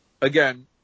Again